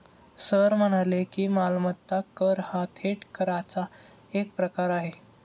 sir म्हणाले की, मालमत्ता कर हा थेट कराचा एक प्रकार आहे